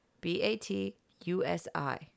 b-a-t-u-s-i